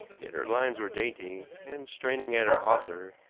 yet her lines were dainty, and, straining at her hawser,